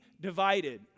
divided